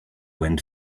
went